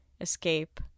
escape